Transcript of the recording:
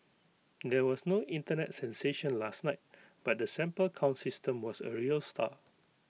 there was no Internet sensation last night but the sample count system was A real star